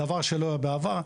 דבר שלא היה בעבר.